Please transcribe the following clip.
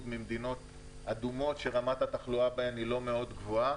ממדינות אדומות שרמת התחלואה בהן היא לא מאוד גבוהה